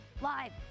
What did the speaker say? Live